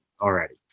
already